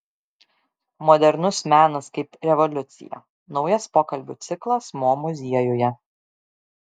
modernus menas kaip revoliucija naujas pokalbių ciklas mo muziejuje